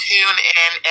TuneIn